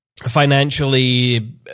financially